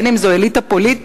בין אם זאת אליטה פוליטית,